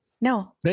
no